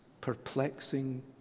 perplexing